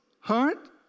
hurt